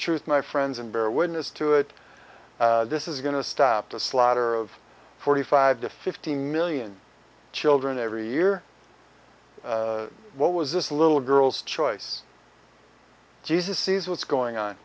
truth my friends and bear witness to it this is going to stop the slaughter of forty five to fifty million children every year what was this little girl's choice jesus sees what's going on